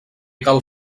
cal